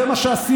זה מה שעשיתם.